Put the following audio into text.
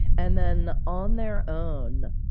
and then, on their own,